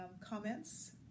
comments